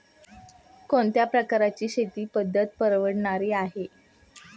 कोणत्या प्रकारची शेती पद्धत परवडणारी आहे?